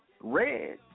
Red